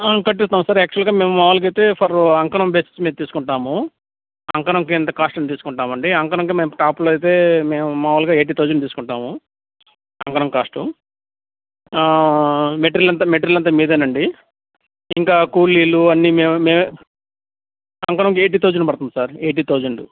కట్టిస్తాము sir యాక్చుయాల్గా మేము మామూలుగా అయితే ఫర్ అంకణం బేసిస్ మీద తీసుకుంటాము అంకణంకి ఇంత కాస్ట్ అని తీసుకుంటామండి అంకణంకి మేము టాప్లో అయితే మేము మామూలుగా ఎయిటీ థౌజండ్ తీసుకుంటాము అంకణం కాస్టు మెటీరియల్ అంతా మెటీరియల్ అంతా మీదేనండి ఇంకా కూలీలు అన్ని మేమే మేమే అంకణంకి ఎయిటి థౌజండ్ పడుతంది సార్ ఎయిటి థౌజండు